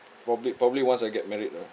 probably probably once I get married lah